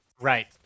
right